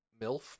Milf